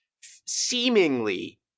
seemingly